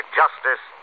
justice